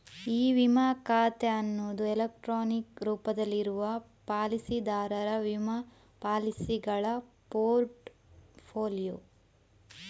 E ವಿಮಾ ಖಾತೆ ಅನ್ನುದು ಎಲೆಕ್ಟ್ರಾನಿಕ್ ರೂಪದಲ್ಲಿ ಇರುವ ಪಾಲಿಸಿದಾರರ ವಿಮಾ ಪಾಲಿಸಿಗಳ ಪೋರ್ಟ್ ಫೋಲಿಯೊ